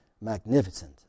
magnificent